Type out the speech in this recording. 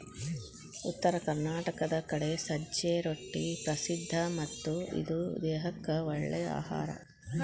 ಉತ್ತರ ಕರ್ನಾಟಕದ ಕಡೆ ಸಜ್ಜೆ ರೊಟ್ಟಿ ಪ್ರಸಿದ್ಧ ಮತ್ತ ಇದು ದೇಹಕ್ಕ ಒಳ್ಳೇ ಅಹಾರಾ